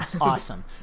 awesome